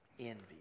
Envy